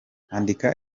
andika